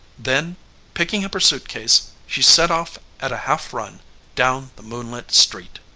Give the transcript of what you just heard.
then picking up her staircase she set off at a half-run down the moonlit street.